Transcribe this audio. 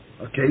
Okay